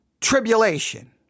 tribulation